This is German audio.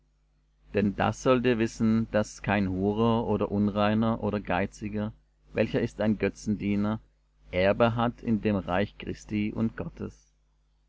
denn das sollt ihr wissen daß kein hurer oder unreiner oder geiziger welcher ist ein götzendiener erbe hat in dem reich christi und gottes